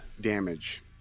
Damage